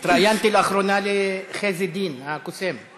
התראיינתי לאחרונה לחזי דין, הקוסם.